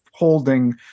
holding